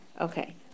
Okay